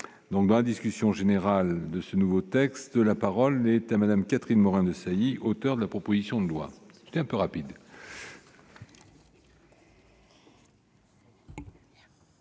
donc ben discussion générale de ce nouveau texte, la parole est à Madame Catherine Morin-Desailly, auteur de la proposition de loi un peu rapide.